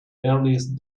earliest